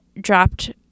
dropped